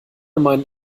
meinen